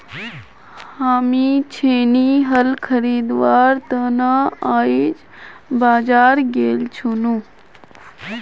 हामी छेनी हल खरीदवार त न आइज बाजार गेल छिनु